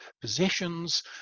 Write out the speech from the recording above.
possessions